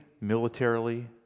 militarily